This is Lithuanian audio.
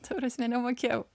ta prasme nemokėjau